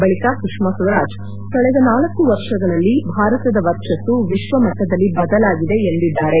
ಬಳಿಕ ಸುಷ್ಮಾ ಸ್ವರಾಜ್ ಕಳೆದ ನಾಲ್ಕ ವರ್ಷಗಳಲ್ಲಿ ಭಾರತದ ವರ್ಚಸ್ತು ವಿಶ್ವಮಟ್ಟದಲ್ಲಿ ಬದಲಾಗಿದೆ ಎಂದಿದ್ದಾರೆ